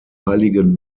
heiligen